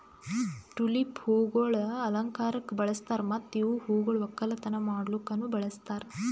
tulip ಹೂವುಗೊಳ್ ಅಲಂಕಾರಕ್ ಬಳಸ್ತಾರ್ ಮತ್ತ ಇವು ಹೂಗೊಳ್ ಒಕ್ಕಲತನ ಮಾಡ್ಲುಕನು ಬಳಸ್ತಾರ್